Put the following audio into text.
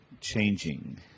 changing